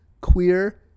Queer